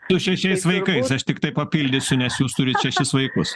su šešiais vaikais aš tiktai papildysiu nes jūs turite šešis vaikus